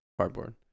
cardboard